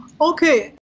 Okay